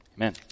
Amen